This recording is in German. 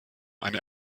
eine